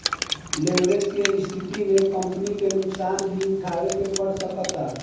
leverage के स्थिति में कंपनी के नुकसान भी उठावे के पड़ सकता